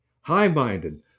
high-minded